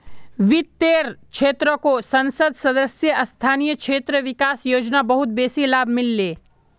वित्तेर क्षेत्रको संसद सदस्य स्थानीय क्षेत्र विकास योजना बहुत बेसी लाभ मिल ले